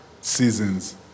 seasons